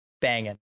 banging